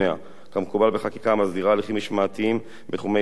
כמקובל בחקיקה המסדירה הליכים משמעתיים בתחומי עיסוק אחרים.